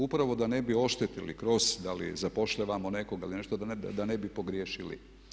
Upravo da ne bi oštetili kroz da li zapošljavamo nekoga ili nešto, da ne bi pogriješili.